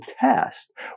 test